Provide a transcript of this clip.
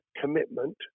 commitment